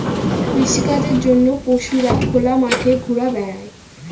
কৃষিকাজের জন্য পশুরা খোলা মাঠে ঘুরা বেড়ায়